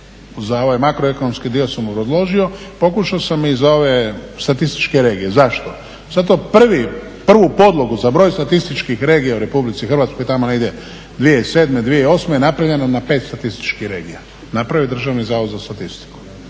Za ovaj makroekonomski dio sam obrazložio, pokušao sam i za ove statističke regije. Zašto? Zato prvu podlogu za broj statističkih regija u Republici Hrvatskoj, tamo negdje 2007.,2008. napravljeno na 5 statističkih regija, napravio je Državni zavod za statistiku.